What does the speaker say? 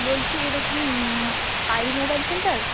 বলছি এটা কি পায়েল মোবাইল সেন্টার